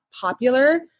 popular